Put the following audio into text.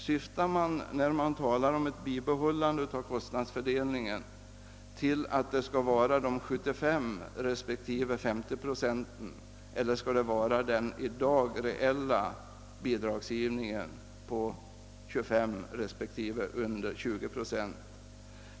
Syftar man, när man talar om ett bibehållande av kostnadsfördelningen, på de 75 respektive 50 procenten eller menar man den i dag reella bidragsgivningen på 25 respektive under 20 procent?